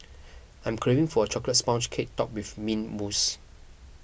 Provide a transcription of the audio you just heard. I'm craving for a Chocolate Sponge Cake Topped with Mint Mousse